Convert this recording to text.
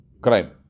crime